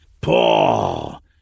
Paul